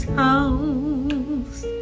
house